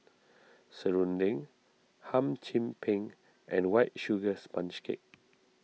Serunding Hum Chim Peng and White Sugar Sponge Cake